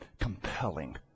compelling